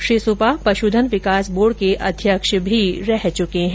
श्री सुपा पशुधन विकास बोर्ड के अध्यक्ष भी रहे है